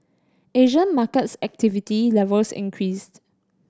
Asian markets activity levels increased